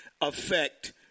affect